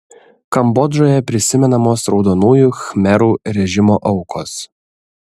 kambodžoje prisimenamos raudonųjų khmerų režimo aukos